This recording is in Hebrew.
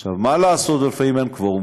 עכשיו, מה לעשות שלפעמים אין קוורום?